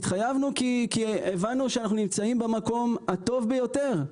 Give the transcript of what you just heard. התחייבנו כי הבנו שאנחנו נמצאים במקום הטוב ביותר,